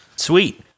Sweet